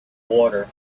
water